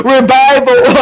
Revival